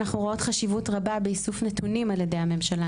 אנחנו רואות חשיבות רבה באיסוף נתונים על ידי הממשלה,